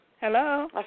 Hello